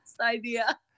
idea